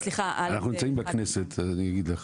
אנחנו נמצאים בכנסת אז אני אגיד לך.